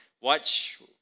Watch